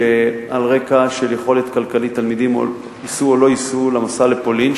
שעל רקע של יכולת כלכלית תלמידים יצאו או לא יצאו למסע לפולין,